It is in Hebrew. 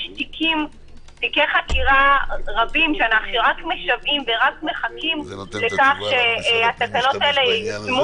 יש תיקי חקירה רבים שאנו רק מחכים לכך שהתקנות ייושמו.